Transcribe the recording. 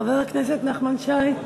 חבר הכנסת נחמן שי,